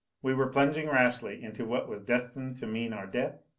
we were plunging rashly into what was destined to mean our death?